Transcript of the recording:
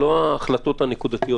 אבל זו הייתה דרך טובה להציף את כל הבעיות.